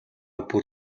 бүр